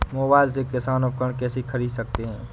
Mobile से किसान उपकरण कैसे ख़रीद सकते है?